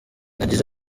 yagize